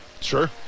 Sure